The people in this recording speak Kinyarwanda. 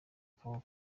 akaboko